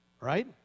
right